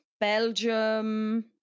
Belgium